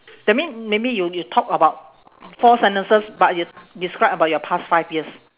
that mean maybe you you talk about four sentences but you describe about your past five years